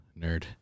Nerd